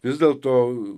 vis dėlto